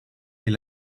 est